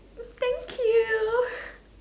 thank you